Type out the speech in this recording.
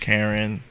Karen